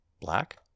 Black